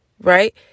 right